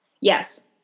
Yes